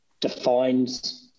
defines